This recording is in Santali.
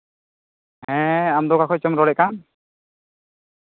ᱦᱮᱸ ᱟᱢᱫᱚ ᱚᱠᱟ ᱠᱷᱚᱱ ᱪᱚᱢ ᱨᱚᱲᱮᱫ ᱠᱟᱱ